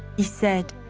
he said,